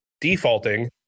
defaulting